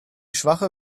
schwache